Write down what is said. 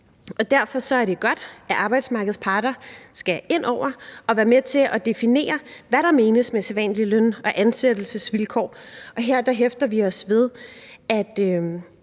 Derfor er det godt, at arbejdsmarkedets parter skal ind over og være med til at definere, hvad der menes med sædvanlige løn- og ansættelsesvilkår. Her hæfter vi os ved, at